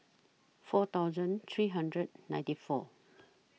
four thousand three hundred ninety four